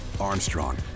Armstrong